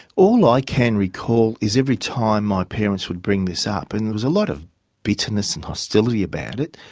all i can recall is every time my parents would bring this up, and there was a lot of bitterness and hostility about it,